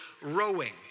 rowing